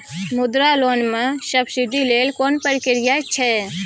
मुद्रा लोन म सब्सिडी लेल कोन प्रक्रिया छै?